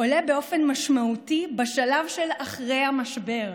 עולה באופן משמעותי בשלב שאחרי המשבר.